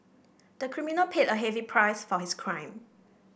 the criminal paid a heavy price for his crime